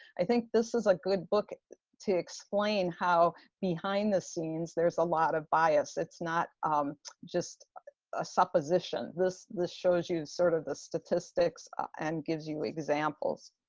i think this is a good book to explain how behind the scenes there's a lot of bias. it's not just a supposition. this this shows you sort of the statistics and gives you examples.